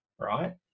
right